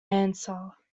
answer